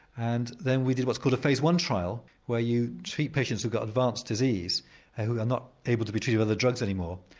and then we did what's called a phase one trial where you treat patients that have got advanced disease, and who're not able to be treated with the drugs any more.